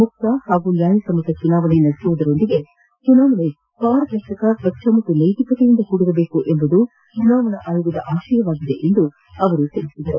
ಮುಕ್ತ ಪಾಗೂ ನ್ಯಾಯಸಮ್ಮತ ಚುನಾವಣೆ ನಡೆಸುವುದರ ಜೊತೆಗೆ ಚುನಾವಣೆ ಪಾರದರ್ಶಕ ಸ್ವಜ್ಞ ಮತ್ತು ನೈತಿಕತೆಯಿಂದ ಕೂಡಿರಬೇಕು ಎಂಬುದು ಚುನಾವಣಾ ಆಯೋಗದ ಆಶಯವಾಗಿದೆ ಎಂದು ಅವರು ತಿಳಿಸಿದರು